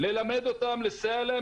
ללמד ולסייע להם.